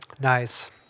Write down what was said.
Nice